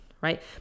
right